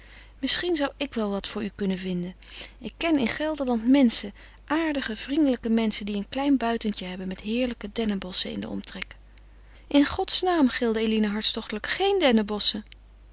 misschien zou ik wel wat voor u kunnen vinden ik ken in gelderland menschen die een klein buitentje hebben met heerlijke dennebosschen in den omtrek in godsnaam gilde eline hartstochtelijk geen